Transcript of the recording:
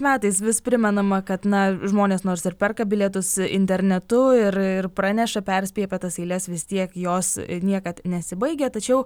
metais vis primenama kad na žmonės nors ir perka bilietus internetu ir ir praneša perspėja apie tas eiles vis tiek jos niekad nesibaigia tačiau